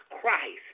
Christ